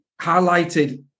highlighted